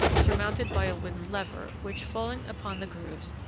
surmounted by a wooden lever, which, falling upon the grooves,